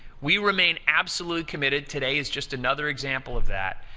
we remain absolutely committed. today is just another example of that.